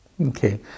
okay